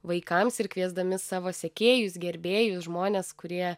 vaikams ir kviesdami savo sekėjus gerbėjus žmones kurie